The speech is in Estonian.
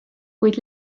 kuid